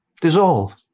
dissolve